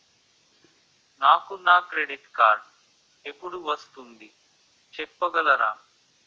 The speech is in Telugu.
నాకు నా క్రెడిట్ కార్డ్ ఎపుడు వస్తుంది చెప్పగలరా?